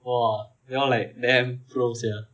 !wah! they all like damn pro sia